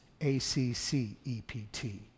A-C-C-E-P-T